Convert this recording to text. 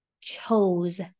chose